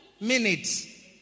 minutes